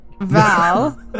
Val